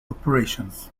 operations